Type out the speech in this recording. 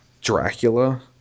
Dracula